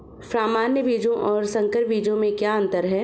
सामान्य बीजों और संकर बीजों में क्या अंतर है?